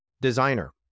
designer